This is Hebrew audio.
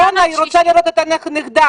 היא רוצה לראות את הנכדה.